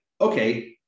okay